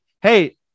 hey